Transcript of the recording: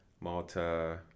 Malta